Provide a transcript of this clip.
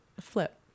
flip